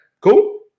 Cool